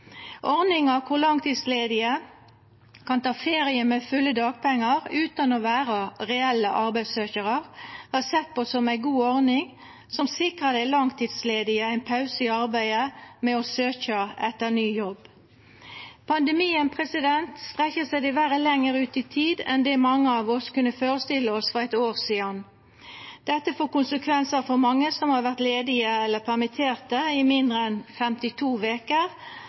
Ordninga kor langtidsledige kan ta ferie med fulle dagpengar utan å vera reelle arbeidssøkjarar, vert sett på som ei god ordning som sikrar dei langtidsledige ein pause i arbeidet med å søkja etter ny jobb. Pandemien strekkjer seg diverre lenger ut i tid enn det mange av oss kunne førestilla oss for eitt år sidan. Det får konsekvensar for mange som har vore ledige eller permitterte i mindre enn 52 veker,